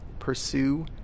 pursue